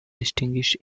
distinguish